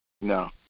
No